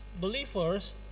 believers